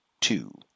two